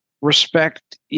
respect